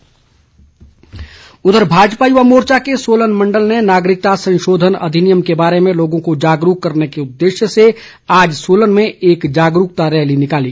सहजल भाजपा युवा मोर्चा के सोलन मंडल ने नागरिकता संशोधन अधिनियम के बारे में लोगों को जागरूक करने के उददेश्य से आज सोलन में एक जागरूकता रैली निकाली